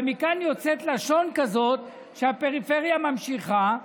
ומכאן יוצאת לשון כזאת שהפריפריה ממשיכה.